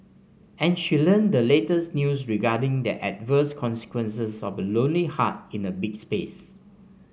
and she learnt the latest news regarding the adverse consequences of a lonely heart in a big space